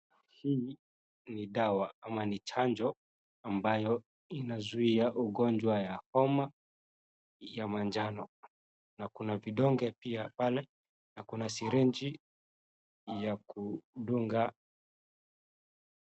Hii ni dawa ama ni chanjo, ambayo inazuia ugonjwa wa homa ya manjano, na kuna vidonge pia pale, na kuna sirinji ya kudunga.